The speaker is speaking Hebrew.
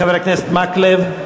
חבר הכנסת מקלב?